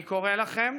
אני קורא לכם